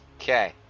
Okay